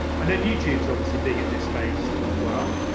and then youtube's obviously big in this space as well.